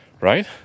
Right